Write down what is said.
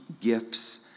gifts